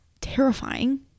terrifying